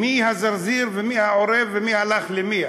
מי הזרזיר ומי העורב ומי הלך למי?